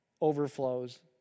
overflows